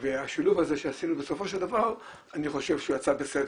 והשילוב הזה שעשינו בסופו של דבר אני חושב שהוא יצא בסדר.